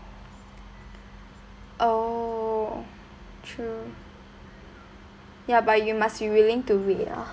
oh true ya but you must be willing to read ah